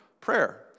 prayer